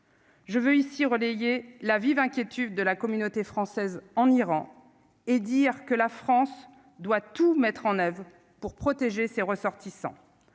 Je veux ici relayé la vive inquiétude de la communauté française en Iran et dire que la France doit tout mettre en oeuvre pour protéger ses ressortissants,